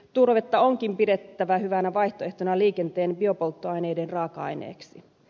turvetta onkin pidettävä hyvänä vaihtoehtona liikenteen biopolttoaineiden raaka aineeksi